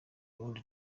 burundi